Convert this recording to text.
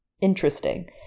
Interesting